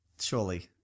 Surely